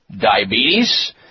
diabetes